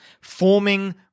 forming